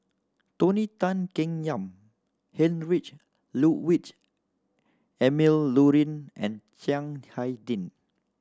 Tony Tan Keng Yam Heinrich Ludwig Emil Luering and Chiang Hai Ding